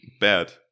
bad